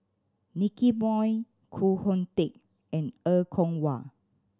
Nicky Moey Koh Hoon Teck and Er Kwong Wah